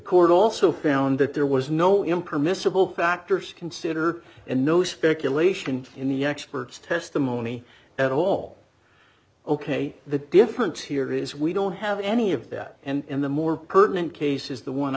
court also found that there was no impermissible factors consider and no speculation in the experts testimony at all ok the difference here is we don't have any of that and the more pertinent case is the one